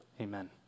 amen